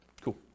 Cool